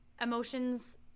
emotions